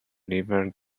river